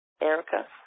Erica